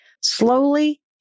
slowly